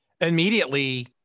immediately